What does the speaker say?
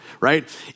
right